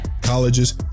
colleges